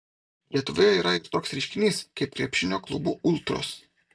lietuvoje yra ir toks reiškinys kaip krepšinio klubų ultros